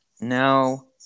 now